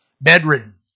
bedridden